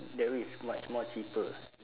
that is much more cheaper